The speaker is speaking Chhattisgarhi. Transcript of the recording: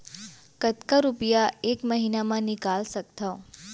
कतका रुपिया एक महीना म निकाल सकथव?